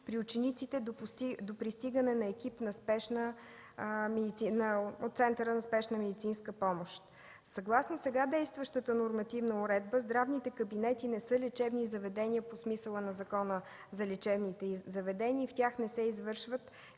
при учениците до пристигане на екип от Центъра за спешна медицинска помощ. Съгласно сега действащата нормативна уредба здравните кабинети не са лечебни заведения по смисъла на Закона за лечебните заведения и в тях не се извършват